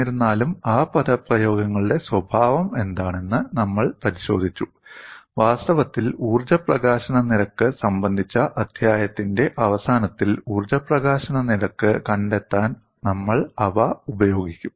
എന്നിരുന്നാലും ആ പദപ്രയോഗങ്ങളുടെ സ്വഭാവം എന്താണെന്ന് നമ്മൾ പരിശോധിച്ചു വാസ്തവത്തിൽ ഊർജ്ജ പ്രകാശന നിരക്ക് സംബന്ധിച്ച അധ്യായത്തിന്റെ അവസാനത്തിൽ ഊർജ്ജ പ്രകാശന നിരക്ക് കണ്ടെത്താൻ നമ്മൾ അവ ഉപയോഗിക്കും